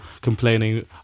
complaining